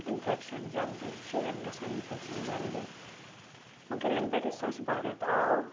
infection جَلدی شُریٚن گَژھان اِنفیٚکشَن جَلدی مگر یَنہٕ پیٚٹھ یہِ سوچھ بھارت آو